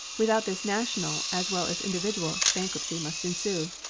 without this national as well as individual bankruptcy must ensue.